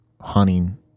hunting